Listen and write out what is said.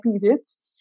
periods